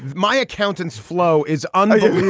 my accountants flow is. and you